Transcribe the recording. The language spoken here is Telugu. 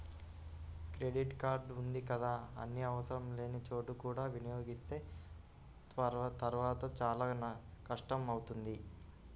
క్రెడిట్ కార్డు ఉంది కదా అని ఆవసరం లేని చోట కూడా వినియోగిస్తే తర్వాత చాలా కష్టం అవుతుంది